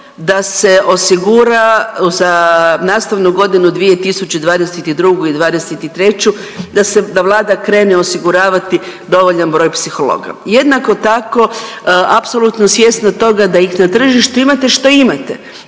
da se osigura za nastavnu godinu 2022. i '23. da Vlada krene osiguravati dovoljan broj psihologa. Jednako tako apsolutno svjesna toga da ih tržištu imate šta imate,